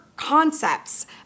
concepts